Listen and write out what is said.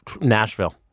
Nashville